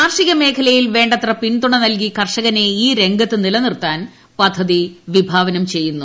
കാർഷിക മേഖലയിൽ വേണ്ടത്ര പിന്തുണ നൽകി കർഷകനെ ഈ രംഗത്ത് നിലനിർത്താൻ പദ്ധതി വിഭാവനം ചെയ്യുന്നു